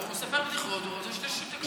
הוא מספר בדיחות, הוא רוצה שתקשיב.